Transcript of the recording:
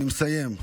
אני מסיים.